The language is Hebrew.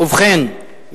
ובכן,